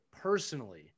personally